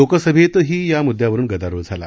लोकसभेतही या मुद्यावरून गदारोळ झाला